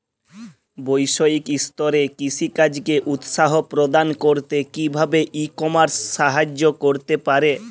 বৈষয়িক স্তরে কৃষিকাজকে উৎসাহ প্রদান করতে কিভাবে ই কমার্স সাহায্য করতে পারে?